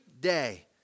day